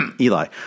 Eli